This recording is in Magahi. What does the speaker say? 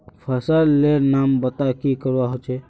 फसल लेर नाम बता की करवा होचे?